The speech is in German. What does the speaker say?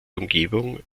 umgebung